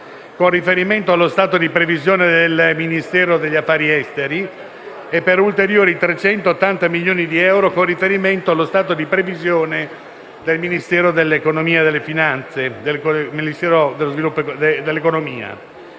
con riferimento allo stato di previsione del Ministero degli affari esteri, e per ulteriori 380 milioni di euro con riferimento allo stato di previsione del Ministero dell'economia